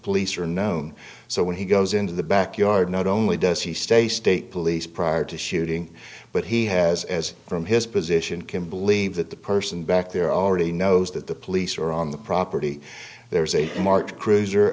police or gnome so when he goes into the backyard not only does he stay state police prior to shooting but he has as from his position can believe that the person back there already knows that the police are on the property there's a march cruiser